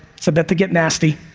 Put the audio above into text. it's about to get nasty.